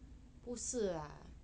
不是啊